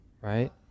right